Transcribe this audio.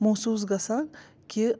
محسوٗس گژھان کہِ